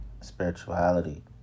spirituality